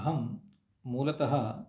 अहं मूलतः